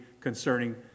concerning